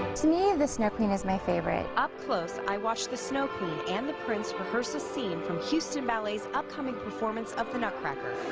the snow queen is my favorite. up close i watched the snow queen and the prince rehearse the scene from houston ballet's upcoming performance of the nutcracker.